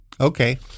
Okay